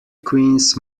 queens